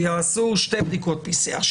שיעשו שתי בדיקות PCR,